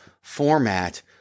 format